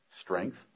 strength